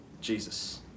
Jesus